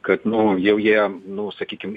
kad nu jau jie nu sakykim